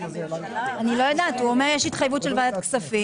הוא אומר, יש התחייבות של ועדת כספים.